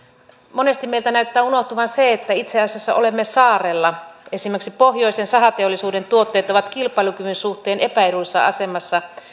monesti meiltä näyttää unohtuvan se että itse asiassa olemme saarella esimerkiksi pohjoisen sahateollisuuden tuotteet ovat kilpailukyvyn suhteen epäedullisessa asemassa